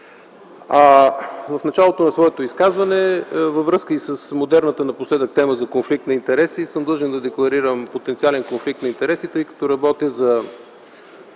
В началото на своето изказване, във връзка и с модерната напоследък тема за конфликт на интереси, съм длъжен да декларирам потенциален конфликт на интереси, тъй като работя за